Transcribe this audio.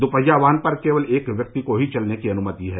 दूपहिया वाहन पर केवल एक व्यक्ति को ही चलने की अनुमति है